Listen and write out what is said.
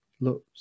looks